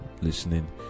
listening